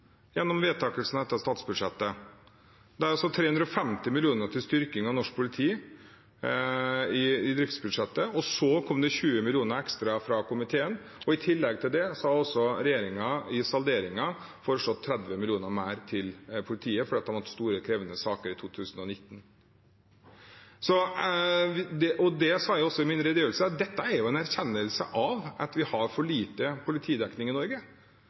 gjennom vedtakelsen av dette statsbudsjettet. Det er altså 350 mill. kr til styrking av norsk politi i driftsbudsjettet, og så kom det 20 mill. kr ekstra fra komiteen. I tillegg til det har også regjeringen i salderingen foreslått 30 mill. kr mer til politiet, fordi de har hatt store og krevende saker i 2019. Det sa jeg også i min redegjørelse, at dette er en erkjennelse av at vi har for liten politidekning i Norge,